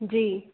जी